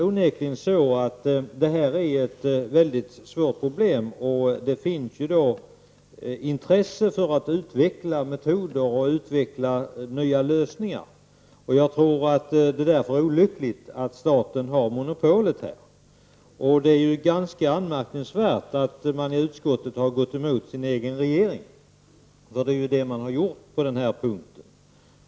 Avfallshanteringen är ett väldigt svårt problem, men det finns intresse för att utveckla metoder och nya lösningar, och jag tror att det vore olyckligt att staten hade monopol här. Det är ganska anmärkningsvärt att socialdemokraterna i utskottet har gått emot sin egen regering, för det har de ju gjort på den här punkten.